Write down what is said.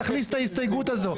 תכניס את ההסתייגות הזו.